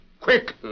Quick